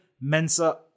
Mensa